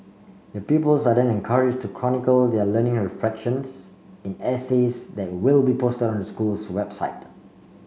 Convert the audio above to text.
the pupils are then encouraged to chronicle their learning reflections in essays that will be posted on the school's website